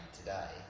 today